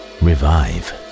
revive